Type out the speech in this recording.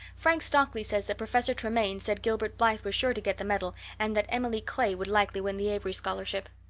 frank stockley says that professor tremaine said gilbert blythe was sure to get the medal and that emily clay would likely win the avery scholarship.